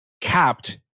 capped